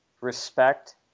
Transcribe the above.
respect